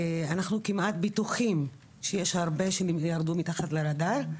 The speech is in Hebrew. אנחנו כמעט בטוחים שיש הרבה שירדו מתחת לרדאר.